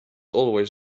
always